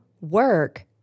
work